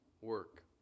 work